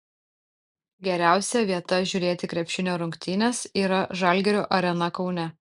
geriausia vieta žiūrėti krepšinio rungtynes yra žalgirio arena kaune